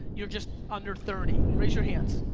you're just under thirty, raise your hands,